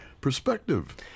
perspective